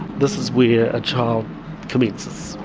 this is where a child commences.